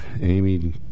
Amy